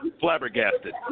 flabbergasted